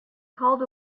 called